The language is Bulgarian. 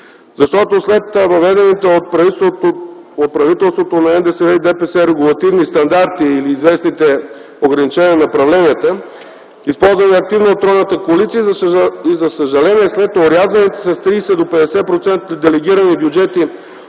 защото след въведените от правителството на НДСВ и ДПС регулативни стандарти или известните ограничения на направленията, използвани активно от тройната коалиция, за съжаление, след орязването с 30 до 50% на делегираните бюджети